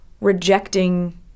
rejecting